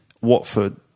Watford